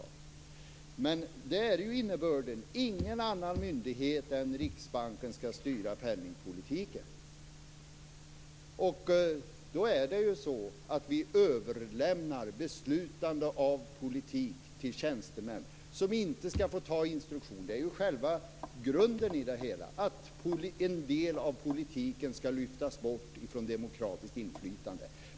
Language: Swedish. Innebörden är alltså att ingen annan myndighet än Riksbanken skall styra penningpolitiken. Det innebär ju att vi överlämnar beslutande av politik till tjänstemän, som inte skall få ta instruktioner. Själva grunden i det hela är ju att en del av politiken skall lyftas bort från demokratiskt inflytande.